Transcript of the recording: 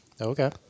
Okay